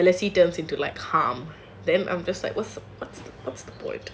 I hate it when jealousy turnss into like harm then I'm just like what what's the point